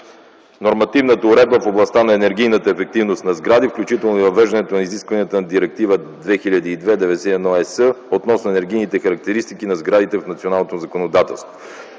нормативната уредба в областта на енергийната ефективност на сгради, включително и въвеждането на изискванията на Директива 2002/91/ЕС относно енергийните характеристики на сградите в националното законодателство.